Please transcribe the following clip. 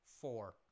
Four